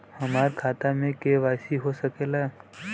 हमार खाता में के.वाइ.सी हो सकेला?